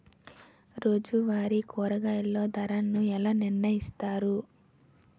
రోజువారి కూరగాయల ధరలను ఎలా నిర్ణయిస్తారు?